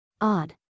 Odd